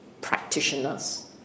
practitioners